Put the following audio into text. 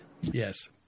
Yes